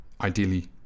ideally